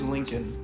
Lincoln